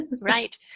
right